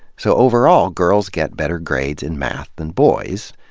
so, overall, girls get better grades in math than boys,